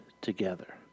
together